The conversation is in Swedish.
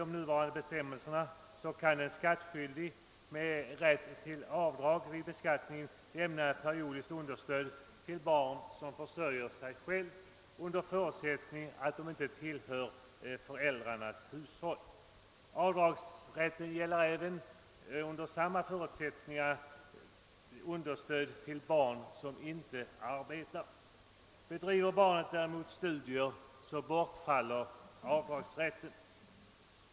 Med nuvarande bestämmelser har en skattskyldig rätt till avdrag vid beskattningen för periodiskt understöd till barn som försörjer sig självt under förutsättning att det inte tillhör föräldrarnas hushåll. Avdragsrätt gäller under samma förutsättning understöd till barn som inte arbetar. Bedriver barnet däremot studier, bortfaller avdragsrätten.